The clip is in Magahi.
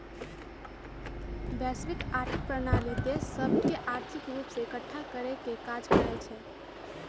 वैश्विक आर्थिक प्रणाली देश सभके आर्थिक रूप से एकठ्ठा करेके काज करइ छै